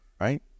right